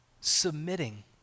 submitting